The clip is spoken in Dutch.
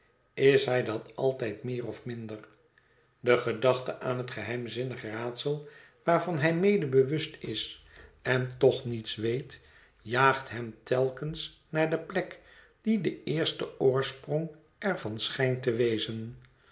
is hij dat altijd meer of minder de gedachte aan het geheimzinnig raadsel waarvan hij mede bewust is en toch niets weet jaagt hem telkens naar de plek die de eerste oorsprong er van schijnt te wezen